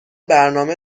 برنامه